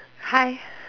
hi